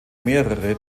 mehrere